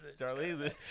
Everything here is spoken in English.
Darlene